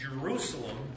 Jerusalem